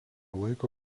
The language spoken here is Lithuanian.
laiko